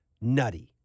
nutty